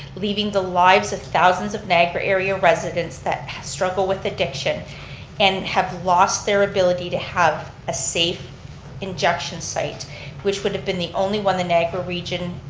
leaving the lives of thousands of niagara area residents that struggle with addiction and have lost their ability to have a safe injection site which would have been the only one the niagara region,